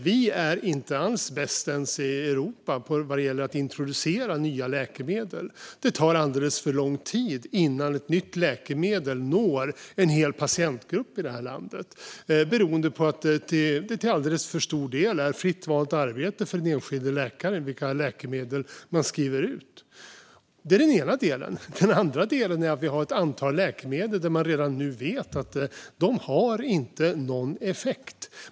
Vi är inte alls bäst ens i Europa på att introducera nya läkemedel. Det tar alldeles för lång tid innan ett nytt läkemedel når en hel patientgrupp i det här landet. Det beror på att det till alldeles för stor del är fritt valt arbete för den enskilde läkaren vilka läkemedel man skriver ut. Det är den ena delen. Den andra delen är att vi har ett antal läkemedel där man redan nu vet att de inte har någon effekt.